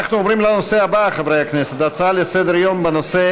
נעבור להצעות לסדר-היום מס'